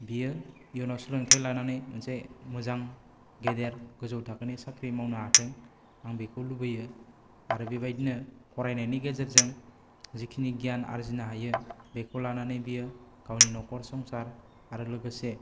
बेयो इउनाव सोलोंथाइ लानानै मोनसे मोजां गेदेर गोजौ थाखोनि साख्रि मावनो हाथों आं बेखौ लुबैयो आरो बेबायदिनो फरायनायनि गेजेरजों जिखिनि गियान आरजिनो हायो बेखौ लानानै बियो गावनि न'खर संसार आरो लोगोसे